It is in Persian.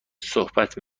صحبت